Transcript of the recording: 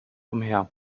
umher